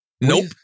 Nope